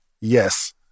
yes